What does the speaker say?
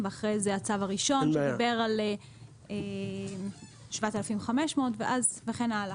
ואחרי זה הצו הראשון שדיבר על 7,500 וכן הלאה.